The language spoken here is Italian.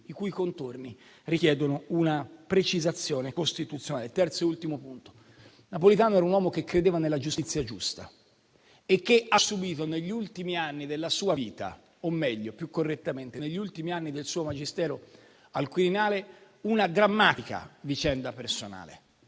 i cui contorni richiedono una precisazione costituzionale. Terzo e ultimo punto: Napolitano era un uomo che credeva nella giustizia giusta e che ha subìto negli ultimi anni della sua vita - o meglio, più correttamente, negli ultimi anni del suo magistero al Quirinale - una drammatica vicenda personale.